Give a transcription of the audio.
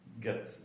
get